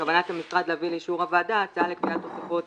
בכוונת המשרד להביא לאישור הוועדה הצעה לקביעת תוספות